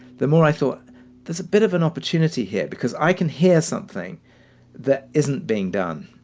the more i thought there's a bit of an opportunity here because i can hear something that isn't being done.